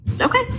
Okay